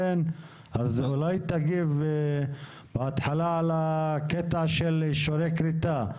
תגיב בבקשה על ענין אישורי הכריתה.